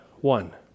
one